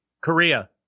Korea